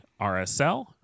RSL